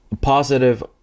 positive